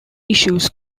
issues